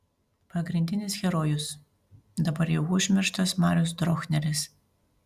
pagrindinis herojus dabar jau užmirštas marius drochneris